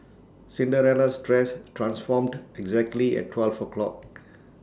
Cinderella's dress transformed exactly at twelve o'clock